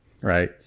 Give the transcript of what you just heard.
right